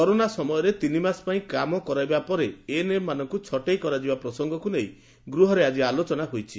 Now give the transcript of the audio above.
corona ସମୟରେ ତିନି ମାସ ପାଇଁ କାମ କରାଇବା ପରେ ଏଏନଏମ ମାନଙ୍କୁ ଛଟେଇ କରାଯିବା ପ୍ରସଙ୍ଗକୁ ନେଇ ଗୃହରେ ଆଲୋଚନା ହୋଇଛି